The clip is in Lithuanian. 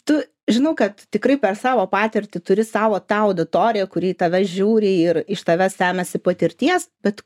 tu žinau kad tikrai per savo patirtį turi savo tą auditoriją kuri į tave žiūri ir iš tavęs semiasi patirties bet